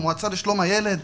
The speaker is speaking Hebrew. המעוצה לשלם הילד,